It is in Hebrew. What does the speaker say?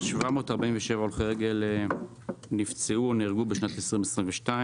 747 הולכי רגל נפצעו או נהרגו בשנת 2022,